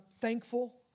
thankful